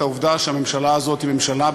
את העובדה שהממשלה הזאת היא ממשלה,